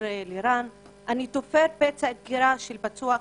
לירן: " אני תופר פצע דקירה של פצוע קטטה.